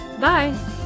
Bye